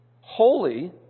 holy